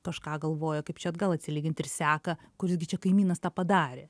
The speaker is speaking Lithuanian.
kažką galvoja kaip čia atgal atsilygint ir seka kuris gi čia kaimynas tą padarė